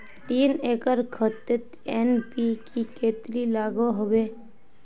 तीन एकर खेतोत एन.पी.के कतेरी लागोहो होबे?